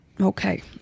Okay